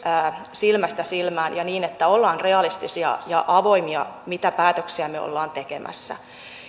silmästä silmään ja niin että ollaan realistisia ja avoimia mitä päätöksiä me olemme tekemässä